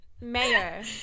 Mayor